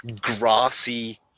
grassy